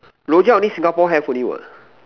Rojak only Singapore have only what